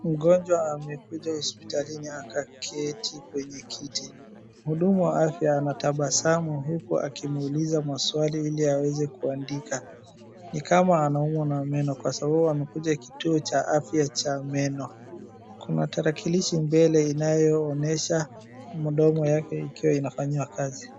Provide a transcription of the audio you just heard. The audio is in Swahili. Mgonjwa amekuja hospitalini akaketi kwenye kiti, mhudumu wa afya anatabasamu huku akimuuliza maswali ili aweze kuandika, Ni kama anaumwa na meno kwa sababu amekuja kituo cha afya cha meno. Kuna tarakilishi mbele inayoonyesha mdomo yake ikiwa inafanyiwa kazi.